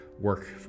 work